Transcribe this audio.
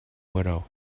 widow